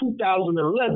2011